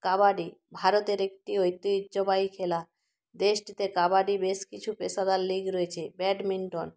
কাবাডি ভারতের একটি ঐতিহ্যবাহী খেলা দেশটিতে কাবাডি বেশ কিছু পেশাদার লিগ রয়েচে ব্যাডমিন্টন